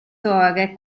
torre